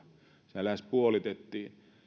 sehän lähes puolitettiin